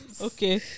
Okay